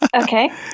Okay